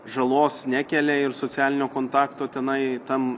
žalos nekelia ir socialinio kontakto tenai tam